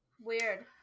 weird